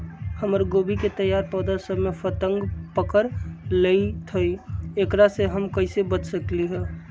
हमर गोभी के तैयार पौधा सब में फतंगा पकड़ लेई थई एकरा से हम कईसे बच सकली है?